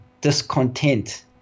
discontent